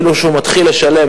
ואפילו הוא מתחיל לשלם.